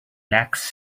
lacks